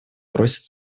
просит